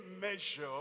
measure